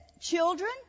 Children